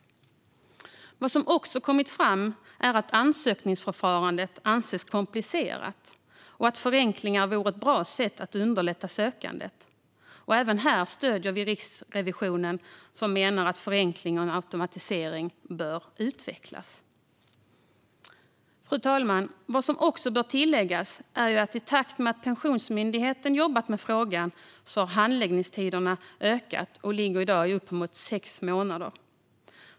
Det har också kommit fram att ansökningsförfarandet anses komplicerat och att förenklingar vore ett bra sätt att underlätta sökandet. Även här stöder vi Riksrevisionen, som menar att förenkling och automatisering bör utvecklas. Fru talman! Vad som också bör tilläggas är att i takt med att Pensionsmyndigheten har jobbat med frågan har handläggningstiderna ökat och ligger i dag på uppemot sex månader.